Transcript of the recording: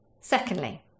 Secondly